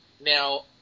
now